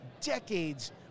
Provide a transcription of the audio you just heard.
decades